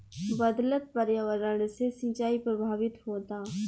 बदलत पर्यावरण से सिंचाई प्रभावित होता